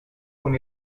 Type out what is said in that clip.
con